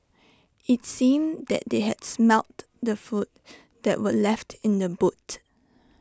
IT seemed that they had smelt the food that were left in the boot